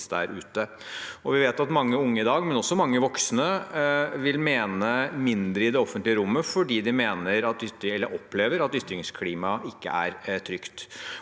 Vi vet at mange unge i dag, men også mange voksne, vil mene mindre i det offentlige rommet fordi de opplever at ytringsklimaet ikke er trygt.